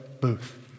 booth